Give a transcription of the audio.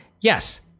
yes